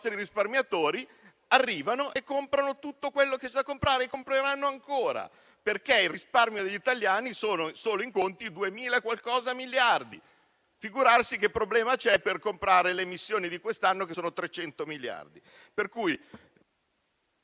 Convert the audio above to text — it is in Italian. risparmiatori arrivano e comprano tutto quello che c'è da comprare e lo faranno ancora, perché il risparmio degli italiani ammonta, solo in conti, a circa 2.000 miliardi. Figurarsi che problema c'è per comprare le emissioni di quest'anno, che sono pari a 300 miliardi. Signor